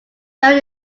buried